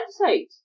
website